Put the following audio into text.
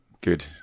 Good